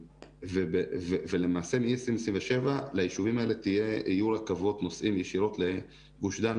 ולמעשה מ-2027 לישובים האלה יהיו רכבות נוסעים ישירות לגוש דן,